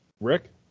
Rick